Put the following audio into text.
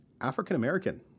African-American